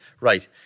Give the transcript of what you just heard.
right